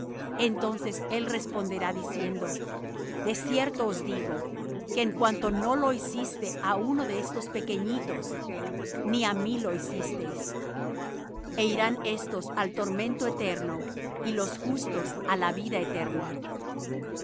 entonces les responderá diciendo de cierto os digo que en cuanto no lo hicisteis á uno de estos pequeñitos ni á mí lo hicisteis e irán éstos al tormento eterno y los justos á la vida eterna